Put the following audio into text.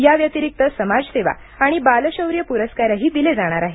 या व्यतिरिक्त समाज सेवा आणि बाल शौर्य पुरस्कारही दिले जाणार आहेत